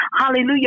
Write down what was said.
Hallelujah